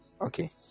Okay